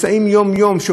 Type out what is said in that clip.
שוברים אגנים,